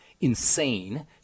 insane